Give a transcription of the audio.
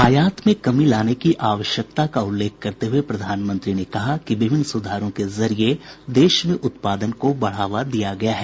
आयात में कमी लाने की आवश्यकता का उल्लेख करते हुए प्रधानमंत्री ने कहा कि विभिन्न सुधारों के जरिए देश में उत्पादन को बढावा दिया गया है